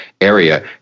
area